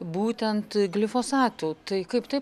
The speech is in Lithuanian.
būtent glifosatu tai kaip tai